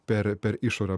per per išorę